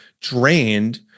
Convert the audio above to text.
drained